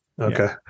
Okay